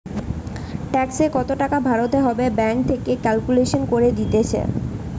ট্যাক্সে কত টাকা ভরতে হবে ব্যাঙ্ক থেকে ক্যালকুলেট করে দিতেছে